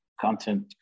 content